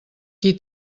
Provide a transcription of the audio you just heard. qui